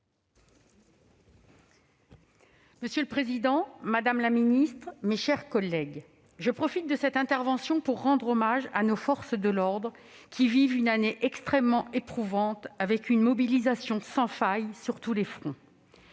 Monsieur le président, madame la ministre, mes chers collègues, je profite de cette intervention pour rendre hommage à nos forces de l'ordre, qui vivent une année extrêmement éprouvante, avec une mobilisation sans faille sur tous les fronts.